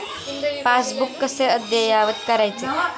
Passbook कसे अद्ययावत करायचे?